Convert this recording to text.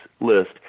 list